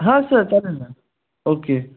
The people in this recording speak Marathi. हां सर चालेल ना ओक्के